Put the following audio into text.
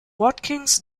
watkins